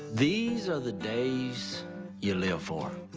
these are the days you live for.